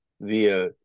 via